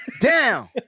down